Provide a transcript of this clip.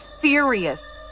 furious